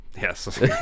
Yes